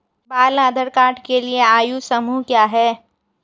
बाल आधार कार्ड के लिए आयु समूह क्या है?